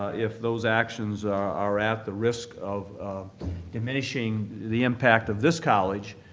if those actions are at the risk of diminishing the impact of this college,